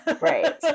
right